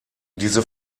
diese